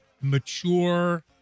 mature